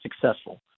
successful